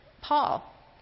Paul